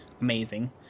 amazing